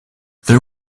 there